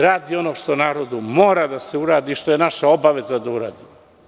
Radi ono što narodu mora da se uradi i što je naša obaveza da uradimo.